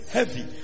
Heavy